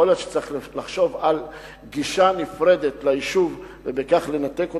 יכול להיות שצריך לחשוב על גישה נפרדת ליישוב ובכך לנתק אותם.